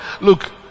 Look